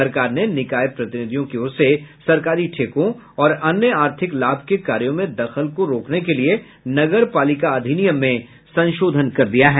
सरकार ने निकाय प्रतिनिधियों की ओर से सरकारी ठेकों और अन्य आर्थिक लाभ के कार्यों में दखल को रोकने के लिए नगर पालिका अधिनियम में संशोधन कर दिया है